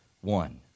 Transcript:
one